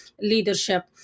leadership